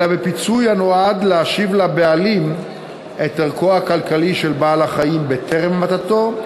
אלא בפיצוי הנועד להשיב לבעלים את ערכו הכלכלי של בעל-החיים טרם המתתו,